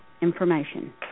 information